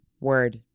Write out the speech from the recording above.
Word